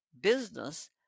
business